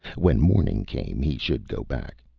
when morning came, he should go back.